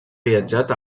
viatjat